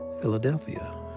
Philadelphia